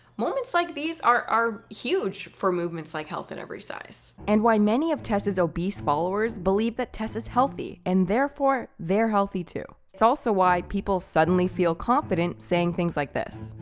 moments like these are are huge for movements like health at every size. and why many of tess' obese followers believe that tess is healthy and therefore they're healthy too. it's also why people suddenly feel confident saying things like this.